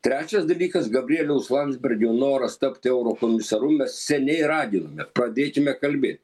trečias dalykas gabrieliaus landsbergio noras tapt eurokomisaru mes seniai raginome pradėkime kalbėt